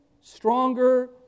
stronger